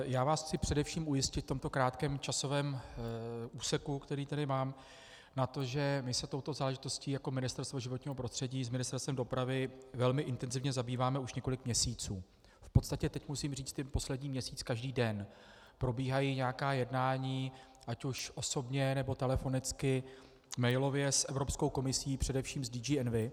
Já vás chci především ujistit v tomto krátkém časovém úseku, který tady mám, že my se touto záležitostí jako Ministerstvo životního prostředí s Ministerstvem dopravy velmi intenzivně zabýváme už několik měsíců, v podstatě teď musím říct poslední měsíc každý den probíhají nějaká jednání ať už osobně, nebo telefonicky, mailově s Evropskou komisí, především s DG Envi.